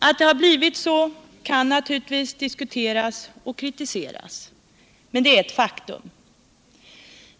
Att det har blivit så kan naturligtvis diskuteras och kritiseras. Men det är ett faktum.